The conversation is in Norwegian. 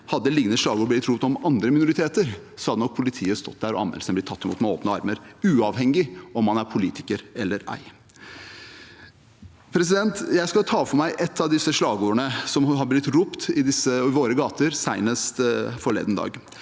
hadde lignende slagord blitt ropt om andre minoriteter, hadde nok politiet stått der, og anmeldelsene ville ha blitt tatt imot med åpne armer – uavhengig av om man er politiker eller ei. Jeg skal ta for meg ett av disse slagordene som har blitt ropt i våre gater, senest forleden dag.